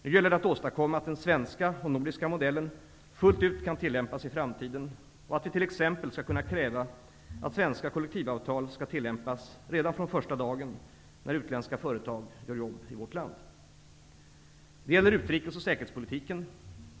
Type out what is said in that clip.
Nu gäller det att åstadkomma att den svenska och nordiska modellen fullt ut kan tillämpas i framtiden och att vi t.ex. skall kunna kräva att svenska kollektivavtal skall tillämpas redan från första dagen när utländska företag gör jobb i vårt land. Det gäller utrikes och säkerhetspolitiken.